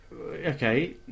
okay